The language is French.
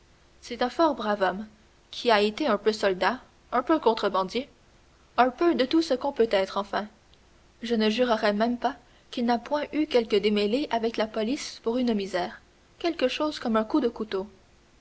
c'est un fort brave homme qui a été un peu soldat un peu contrebandier un peu de tout ce qu'on peut être enfin je ne jurerais même pas qu'il n'a point eu quelques démêlés avec la police pour une misère quelque chose comme un coup de couteau